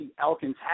Elkins